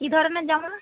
কি ধরনের যেমন